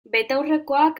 betaurrekoak